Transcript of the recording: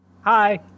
hi